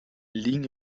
liegen